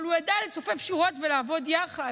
אבל הוא ידע לצופף שורות ולעבוד יחד,